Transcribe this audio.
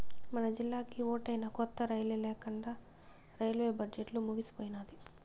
మనజిల్లాకి ఓటైనా కొత్త రైలే లేకండా రైల్వే బడ్జెట్లు ముగిసిపోయినాది